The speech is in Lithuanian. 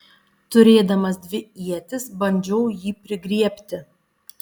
turėdamas dvi ietis bandžiau jį prigriebti